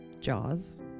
Jaws